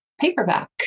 paperback